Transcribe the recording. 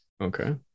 Okay